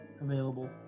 available